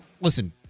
listen